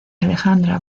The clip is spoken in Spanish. alejandra